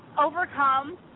overcome